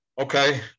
Okay